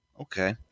Okay